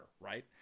right